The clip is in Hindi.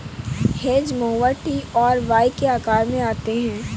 हेज मोवर टी और वाई के आकार में आते हैं